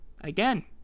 Again